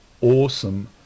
awesome